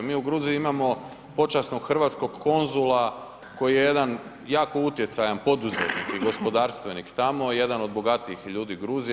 Mi u Gruziji imao počasnog hrvatskog konzula koji je jedan jako utjecajan poduzetnik i gospodarstvenih tamo, jedan od bogatijih ljudi Gruzije.